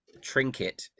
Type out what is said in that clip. Trinket